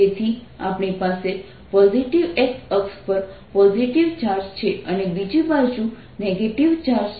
તેથી આપણી પાસે પોઝિટિવ x અક્ષ પર પોઝિટિવ ચાર્જ છે અને બીજી બાજુ નેગેટિવ ચાર્જ છે